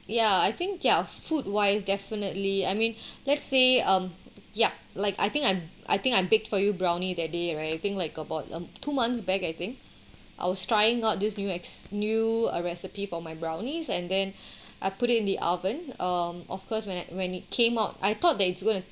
ya I think their food wise definitely I mean let's say um ya like I think I'm I think I baked for you brownie that day right I think like about um two months back I think I was trying out these new ex~ new a recipe for my brownies and then I put it in the oven um of course when I when it came out I thought that it's going to